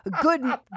good